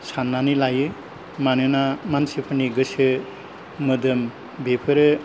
सान्नानै लायो मानोना मानसिफोरनि गोसो मोदोम बेफोरो